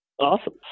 awesome